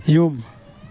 ꯌꯨꯝ